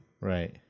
Right